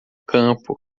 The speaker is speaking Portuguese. campo